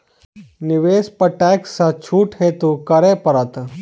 निवेश पर टैक्स सँ छुट हेतु की करै पड़त?